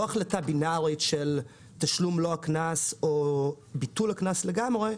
החלטה בינארית של תשלום מלוא הקנס או ביטול הקנס לגמרי,